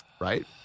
Right